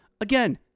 Again